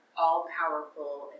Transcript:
all-powerful